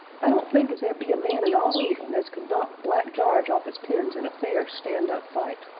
i don't think as there be a man in all england as could knock black jarge off is pins in a fair, stand-up fight.